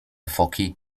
foki